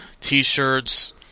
t-shirts